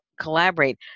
collaborate